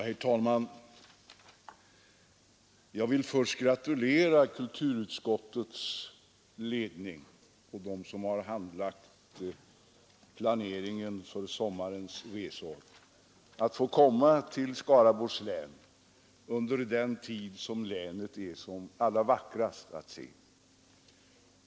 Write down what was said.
Herr talman! Jag vill först gratulera kulturutskottets ledning och dem som har handlagt planeringen av sommarens resor till att få komma till Skaraborgs län under den tid då länet är som allra vackrast att se.